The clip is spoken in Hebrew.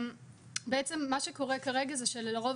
בעצם מה שקורה כרגע זה שלרוב,